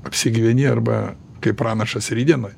apsigyveni arba kaip pranašas rytdienai